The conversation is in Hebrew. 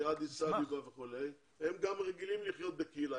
הם גם רגילים לחיות בקהילה.